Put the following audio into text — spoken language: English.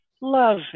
Love